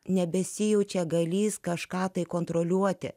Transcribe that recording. nebesijaučiau galintis kažką tai kontroliuoti